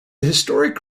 historic